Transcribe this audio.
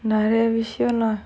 நிறைய விஷயோ:niraiya vishayo lah